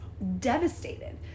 devastated